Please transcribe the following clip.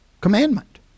commandment